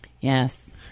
Yes